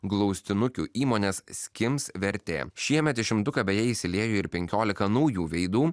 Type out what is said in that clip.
glaustinukių įmonės skims vertė šiemet į šimtuką beje įsiliejo ir penkiolika naujų veidų